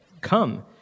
come